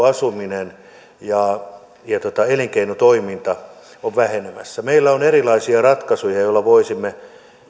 asuminen ja ja elinkeinotoiminta ovat vähenemässä meillä on erilaisia ratkaisuja joilla voisimme